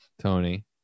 Tony